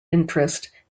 interest